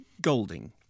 Golding